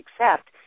accept